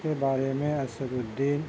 کے بارے میں اسد الدین